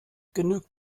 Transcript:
genügt